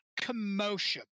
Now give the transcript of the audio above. commotion